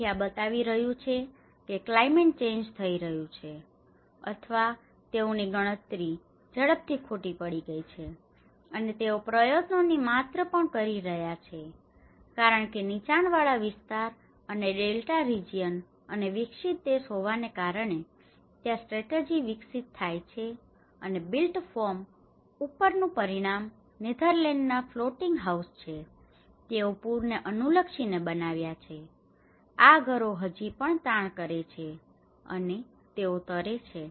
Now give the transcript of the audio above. તેથી આ બતાવી રહ્યું છે કે કલાઇમેટ ચેન્જ થઇ રહ્યું છે અથવા તેઓની ગણતરી ઝપથી ખોટી પડી ગઈ છે અને તેઓ પ્રયત્નો ની માત્ર પણ કરી રહ્યા છે કારણ કે નીચાં વાળા વિસ્તાર અને ડેલ્ટા રિજિયન અને વિકસિત દેશ હોવાને કારણે ત્યાં સ્ટેટર્જી વિકસિત થાય છે અને બિલ્ટ ફોર્મ ઉપરનું એક પરિણામ નેધરલેન્ડ ના ફ્લોટિંગ હાઉસ છે તેઓ પૂર ને અનુલક્ષી ને બનાવ્યા છે આ ઘરો હજી પણ તાણ કરે છે અને તેઓ તરે છે